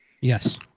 Yes